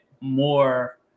more